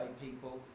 people